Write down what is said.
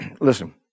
listen